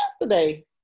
yesterday